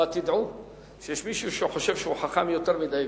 אבל תדעו שיש מישהו שחושב שהוא חכם יותר מדי.